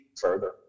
further